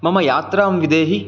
मम यात्रां विदेहि